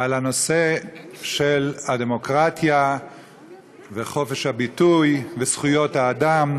על הנושא של הדמוקרטיה וחופש הביטוי וזכויות האדם,